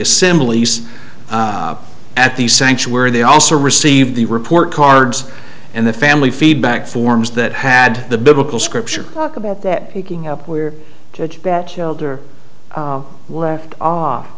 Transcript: assemblies at the sanctuary they also received the report cards and the family feedback forms that had the biblical scripture about that taking up where judge that killed or left off